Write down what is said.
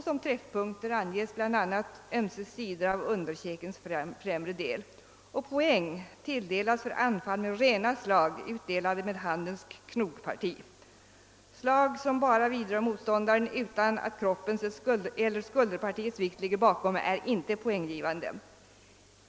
Som träffpunkter anges bl.a. ömse 'sidor av underkäkens främre del. Poäng tilldelas för anfall med rena slag, utdelade med handens knogparti. Slag som bara vidrör motståndaren utan att kroppens eller skulderpartiets vikt ligger bakom är inte poänggivande.